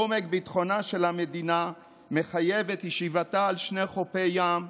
הייתה שעומק ביטחונה של המדינה מחייב את ישיבתה על שני חופי ים,